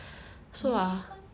maybe cause